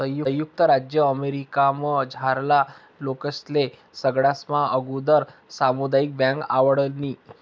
संयुक्त राज्य अमेरिकामझारला लोकेस्ले सगळास्मा आगुदर सामुदायिक बँक आवडनी